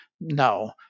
no